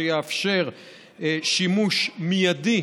שיאפשר שימוש מיידי